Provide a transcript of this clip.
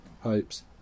hopes